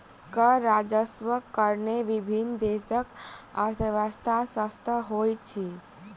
कर राजस्वक कारणेँ विभिन्न देशक अर्थव्यवस्था शशक्त होइत अछि